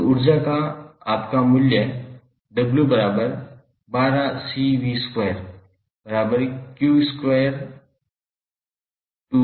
तो ऊर्जा का आपका कुल मूल्य 𝑤12𝐶𝑣2𝑞22𝐶 होगा